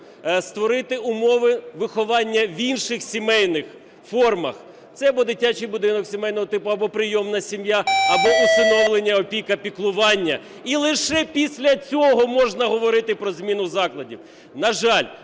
створити умови виховання в інших сімейних формах. Це або дитячий будинок сімейного типу, або прийомна сім'я, або усиновлення, опіка, піклування. І лише після цього можна говорити про зміну закладів.